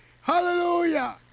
hallelujah